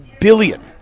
billion